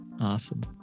awesome